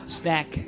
snack